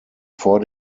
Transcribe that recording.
vor